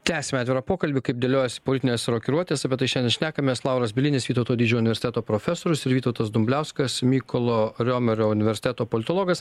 tęsiame atvirą pokalbį kaip dėliojasi politinės rokiruotės apie tai šian šnekamės lauras bielinis vytauto didžiojo universiteto profesorius ir vytautas dumbliauskas mykolo romerio universiteto politologas